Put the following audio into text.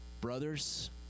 brothers